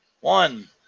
One